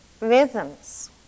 rhythms